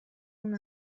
اون